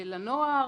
מלכ"רים.